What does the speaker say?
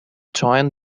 join